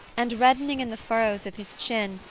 and reddening in the furrows of his chin,